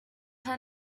her